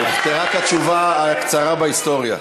הוכתרה כתשובה הקצרה בהיסטוריה.